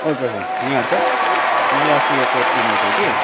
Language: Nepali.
ओइ प्रसान्त यहाँ हेर त मैले अस्ति यो कोट किनेको थिएँ कि